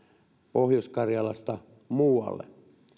pohjois karjalasta myös muualle